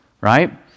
right